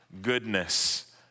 goodness